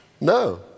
no